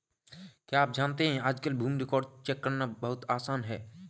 क्या आप जानते है आज कल भूमि रिकार्ड्स चेक करना बहुत आसान है?